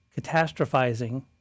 catastrophizing